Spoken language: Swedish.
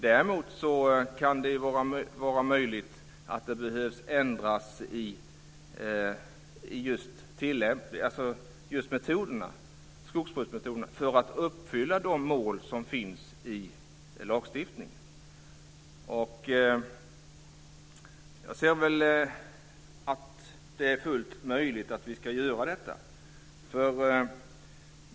Däremot kan man behöva att ändra skogsbruksmetoderna för att uppfylla de mål som finns i lagstiftningen. Det är fullt möjligt att göra detta.